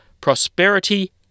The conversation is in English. prosperity